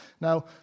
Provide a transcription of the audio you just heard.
Now